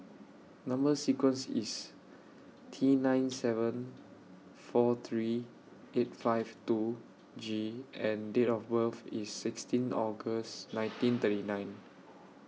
Number sequence IS T nine seven four three eight five two G and Date of birth IS sixteen August nineteen thirty nine